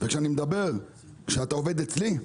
כשאני מדבר, כשאתה עובד אצלי,